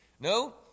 No